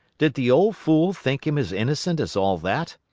did the old fool think him as innocent as all that?